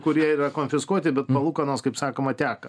kurie yra konfiskuoti bet palūkanos kaip sakoma teka